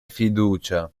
fiducia